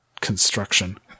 construction